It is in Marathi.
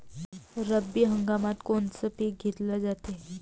रब्बी हंगामात कोनचं पिक घेतलं जाते?